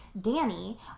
Danny